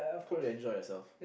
hope you enjoy yourself